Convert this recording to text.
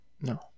No